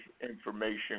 information